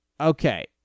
Okay